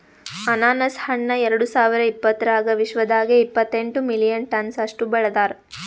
ಅನಾನಸ್ ಹಣ್ಣ ಎರಡು ಸಾವಿರ ಇಪ್ಪತ್ತರಾಗ ವಿಶ್ವದಾಗೆ ಇಪ್ಪತ್ತೆಂಟು ಮಿಲಿಯನ್ ಟನ್ಸ್ ಅಷ್ಟು ಬೆಳದಾರ್